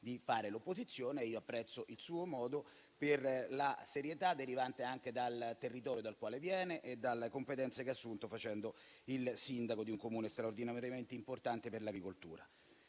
di fare l'opposizione ed io apprezzo il suo modo per la serietà derivante anche dal territorio dal quale proviene e dalla competenze che ha assunto facendo il sindaco di un Comune straordinariamente importante per l'agricoltura.